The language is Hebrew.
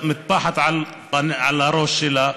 מטפחת על הראש שלה,